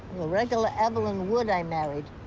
a regular evelyn wood i married.